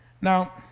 Now